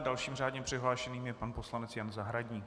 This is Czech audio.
Dalším řádně přihlášeným je pan poslanec Jan Zahradník.